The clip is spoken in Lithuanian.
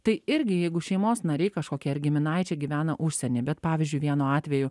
tai irgi jeigu šeimos nariai kažkokie ar giminaičiai gyvena užsieny bet pavyzdžiui vienu atveju